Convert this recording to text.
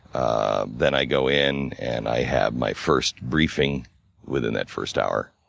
ah then i go in and i have my first briefing within that first hour.